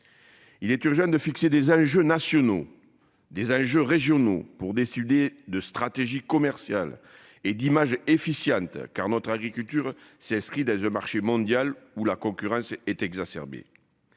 Il est urgent de fixer des enjeux nationaux des enjeux régionaux pour décider de stratégie commerciale et d'images efficiente car notre agriculture. C'est ce qui dans ce marché mondial où la concurrence est exacerbée.